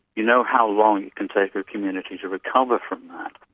you know how long it can take a community to recover from that.